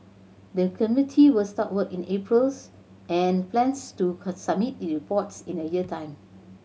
the committee will start work in April and plans to submit its report in a year's time